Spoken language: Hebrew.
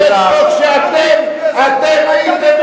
אתם הייתם